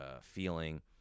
feeling